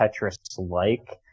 Tetris-like